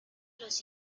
los